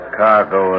cargo